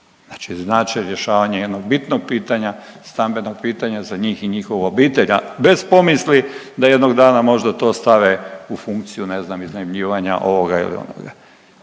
Znači znače rješavanje jednog bitnog pitanja, stambenog pitanja za njih i njihovu obitelj, a bez pomisli da jednog dana možda to stave u funkciju, ne znam, iznajmljivanja, ovog ili onoga.